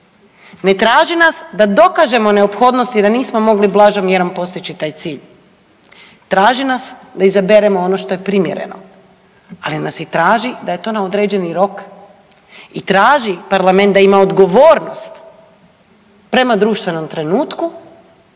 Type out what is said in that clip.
Ne traži nas da dokažemo neophodnosti da nismo mogli blažom mjerom postići taj cilj, traži nas da izaberemo ono što je primjereno, ali nas i traži da je to na određeni rok i traži parlament da ima odgovornost prema društvenom trenutku